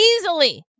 Easily